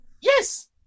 Yes